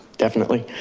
definitely.